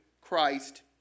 Christ